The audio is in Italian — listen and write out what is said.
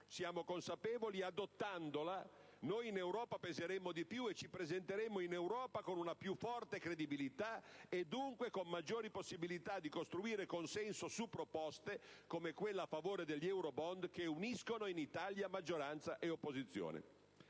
nella consapevolezza che, adottandola, in Europa peseremmo di più e ci presenteremmo con una più forte credibilità, e dunque con maggiori possibilità di costruire consenso su proposte, come quella a favore degli *eurobond*, che uniscono in Italia maggioranza e opposizione.